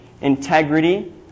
integrity